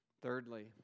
Thirdly